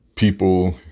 People